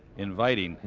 inviting.